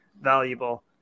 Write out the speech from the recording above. valuable